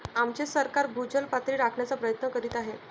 आमचे सरकार भूजल पातळी राखण्याचा प्रयत्न करीत आहे